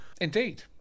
indeed